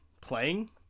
playing